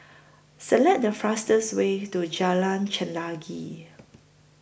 Select The fastest Way to Jalan Chelagi